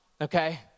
Okay